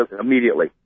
immediately